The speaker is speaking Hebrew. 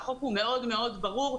והחוק הוא מאוד מאוד ברור,